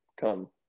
come